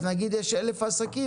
אז נגיד יש 1,000 עסקים,